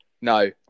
No